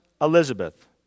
Elizabeth